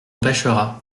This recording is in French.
pêchera